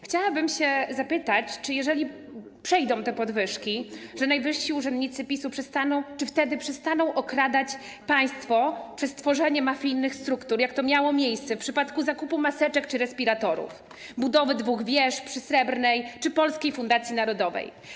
Chciałabym się zapytać: Czy jeżeli przejdą te podwyżki, najwyżsi urzędnicy PiS-u przestaną wtedy okradać państwo przez tworzenie mafijnych struktur, jak to miało miejsce w przypadku zakupu maseczek czy respiratorów, budowy dwóch wież przy Srebrnej czy Polskiej Fundacji Narodowej?